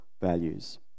values